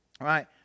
right